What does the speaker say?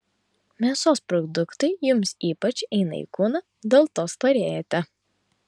mėsos produktai jums ypač eina į kūną dėl to storėjate